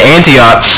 Antioch